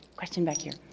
question back here.